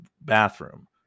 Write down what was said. bathroom